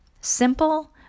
simple